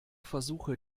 versuche